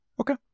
Okay